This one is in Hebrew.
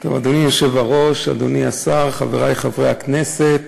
אדוני היושב-ראש, אדוני השר, חברי חברי הכנסת,